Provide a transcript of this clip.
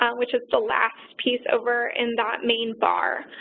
um which is the last piece over in that main bar.